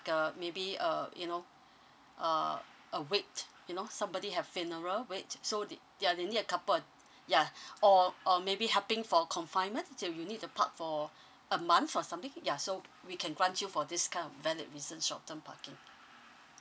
uh maybe uh you know uh a wake you know somebody have funeral wake so the~ ya they need a couple ya or or maybe helping for confinement they will need to park for a month or something ya so we can grant you for this kind of valid reason short term parking